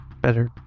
better